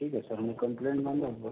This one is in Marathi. ठीक आहे सर मी कम्प्लेंट नोंदवतो